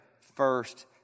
first